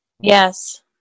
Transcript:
yes